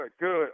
good